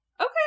Okay